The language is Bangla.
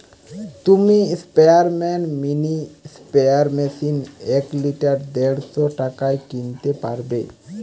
তুমি স্পেয়ারম্যান মিনি স্প্রেয়ার মেশিন এক লিটার দেড়শ টাকায় কিনতে পারবে